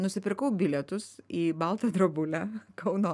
nusipirkau bilietus į baltą drobulę kauno